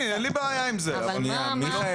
זה בדיוק הבעיה.